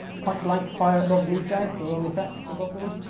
point-blank fire at both of these guys so roll the attack for both of them.